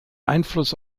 einfluss